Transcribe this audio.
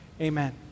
Amen